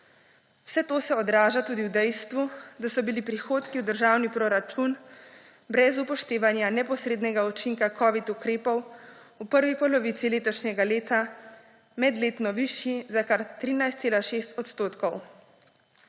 Vse to se odraža tudi v dejstvu, da so bili prihodki v državni proračun brez upoštevanja neposrednega učinka covid ukrepov v prvi polovici letošnjega leta medletno višji za kar 13,6 odstotka.